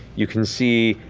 you can see,